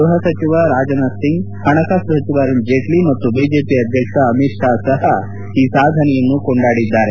ಗೃಹಸಚಿವ ರಾಜನಾಥ್ ಸಿಂಗ್ ಹಣಕಾಸು ಸಚಿವ ಅರುಣ್ ಜೇಟ್ಲಿ ಮತ್ತು ಬಿಜೆಪಿ ಅಧ್ಯಕ್ಷ ಅಮಿತ್ ಷಾ ಸಹ ಈ ಸಾಧನೆಯನ್ನು ಕೊಂಡಾಡಿದ್ದಾರೆ